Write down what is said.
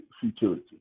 futility